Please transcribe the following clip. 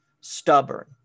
stubborn